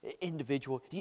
individual